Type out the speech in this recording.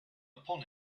upon